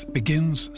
begins